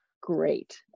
great